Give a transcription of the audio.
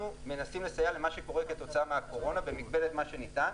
אנחנו מנסים לסייע למה שקורה כתוצאה מהקורונה במגבלת מה שניתן.